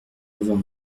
avoir